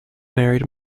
married